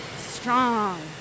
Strong